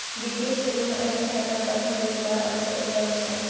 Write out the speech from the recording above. वित्तीय क्षेत्र मे अनेक तरहक आकर्षक रोजगारक अवसर उपलब्ध छै